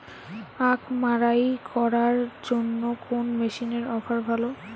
আখ মাড়াই করার জন্য কোন মেশিনের অফার ভালো?